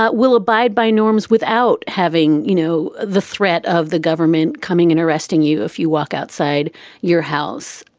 but will abide by norms without having, you know, the threat of the government coming in, arresting you if you walk outside your house.